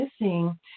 missing